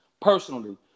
personally